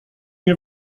nie